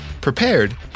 prepared